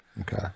Okay